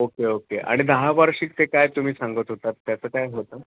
okay okay आणि दहा वर्षिक ते काय तुम्ही सांगत होतात त्याचं काय होतं